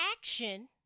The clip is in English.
action